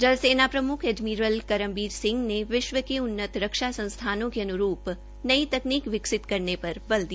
जल सेना प्रमुख एडमिरल करमवीर सिंह ने विश्व की उन्नत संस्थानों के अनुरूप नई तकनीक विकसित करने पर बल दिया